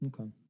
Okay